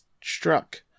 struck